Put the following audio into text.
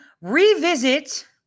revisit